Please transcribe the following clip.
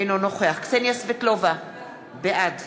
אינו נוכח קסניה סבטלובה, בעד